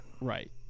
right